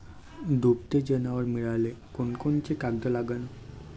दुभते जनावरं मिळाले कोनकोनचे कागद लागन?